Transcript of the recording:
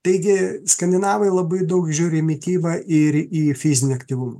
taigi skandinavai labai daug žiūri į mitybą ir į fizinį aktyvumą